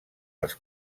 les